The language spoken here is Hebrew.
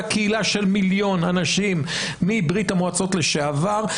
קהילה של מיליון אנשים מברית-המועצות לשעבר,